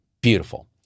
beautiful